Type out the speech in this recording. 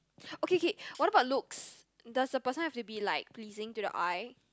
okay K what about looks does the person have to be like pleasing to your eye